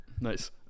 Nice